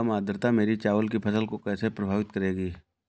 कम आर्द्रता मेरी चावल की फसल को कैसे प्रभावित करेगी?